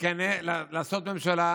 לעשות ממשלה